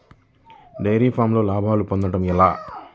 Dairy ఫామ్లో లాభాలు పొందడం ఎలా?